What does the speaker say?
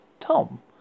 Tom